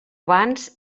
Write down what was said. bans